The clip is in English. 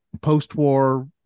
post-war